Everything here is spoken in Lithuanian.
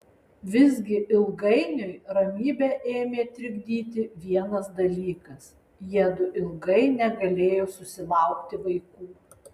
visgi ilgainiui ramybę ėmė trikdyti vienas dalykas jiedu ilgai negalėjo susilaukti vaikų